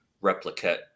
replicate